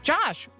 Josh